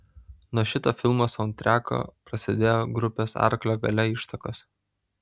nuo šito filmo saundtreko prasidėjo grupės arklio galia ištakos